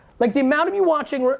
like the amount of you watching,